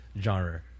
genre